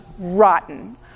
rotten